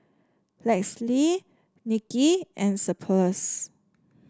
Lexie Nikki and Cephus